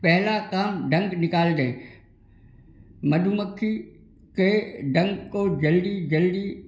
पहला काम डंक निकाल दे मधुमक्खी के डंक को जल्दी जल्दी